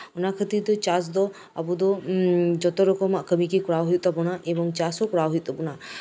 ᱚᱱᱟ ᱠᱷᱟᱹᱛᱤᱨ ᱛᱮ ᱪᱟᱥ ᱫᱚ ᱟᱵᱚ ᱫᱚ ᱡᱚᱛᱚ ᱨᱚᱠᱚᱢᱟᱜ ᱠᱟᱹᱢᱤ ᱜᱮ ᱠᱚᱨᱟᱣ ᱦᱩᱭᱩᱜ ᱛᱟᱵᱳᱱᱟ ᱮᱵᱚᱝ ᱪᱟᱥ ᱦᱚᱸ ᱠᱚᱨᱟᱣ ᱦᱩᱭᱩᱜ ᱛᱟᱵᱳᱱᱟ